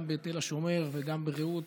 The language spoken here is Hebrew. גם בתל השומר וגם ברעות